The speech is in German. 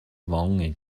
wange